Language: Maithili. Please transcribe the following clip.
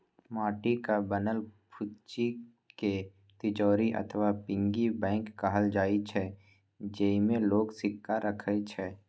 माटिक बनल फुच्ची कें तिजौरी अथवा पिग्गी बैंक कहल जाइ छै, जेइमे लोग सिक्का राखै छै